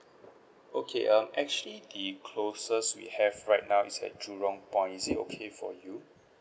okay um actually the closest we have right now is at jurong point is it okay for you